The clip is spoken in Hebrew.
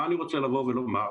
מה אני רוצה לבוא ולומר?